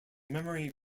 memory